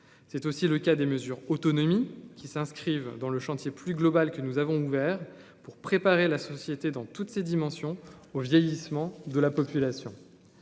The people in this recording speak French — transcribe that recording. c'est aussi le cas des mesures autonomie qui s'inscrivent dans le chantier plus global que nous avons ouvert pour préparer la société dans toutes ses dimensions au vieillissement de la population,